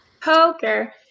Poker